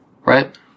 right